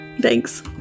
Thanks